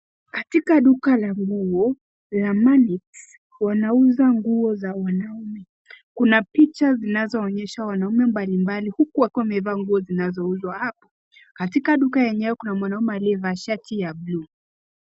Katika duka la nguo ya, manix, wanauza nguo za wanaume. Kuna picha zinazoonyesha wanaume mbalimbali huku wakiwa wamevaa nguo zinazouzwa hapa. Katika duka yenyewe kuna mwanaume aliyevaa shati ya bluu.